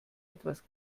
etwas